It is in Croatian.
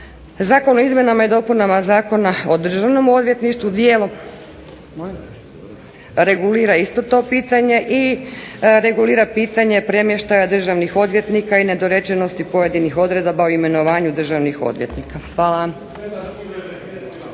Zakon o izmjenama i dopunama Zakona o Državnom odvjetništvu dijelom regulira isto to pitanje i regulira pitanje premještaja državnih odvjetnika i nedorečenosti pojedinih odredaba u imenovanju državnih odvjetnika. Hvala